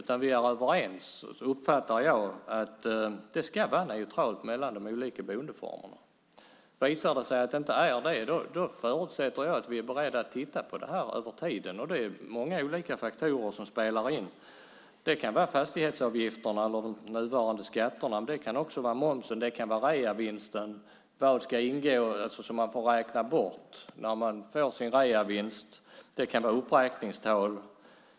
Vi är överens om, uppfattar jag det som, att det ska vara neutralt mellan de olika boendeformerna. Visar det sig att det inte är det förutsätter jag att vi är beredda att titta på det här över tiden. Det är många olika faktorer som spelar in. Det kan vara fastighetsavgifterna eller de nuvarande skatterna. Det kan också vara momsen. Det kan vara reavinsten. Det kan vara vad som ska ingå i det som får räknas bort när man får sin reavinst. Det kan vara uppräkningstal.